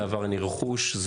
זה עבריין רכוש,